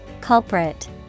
Culprit